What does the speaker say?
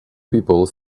people